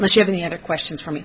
unless you have any other questions f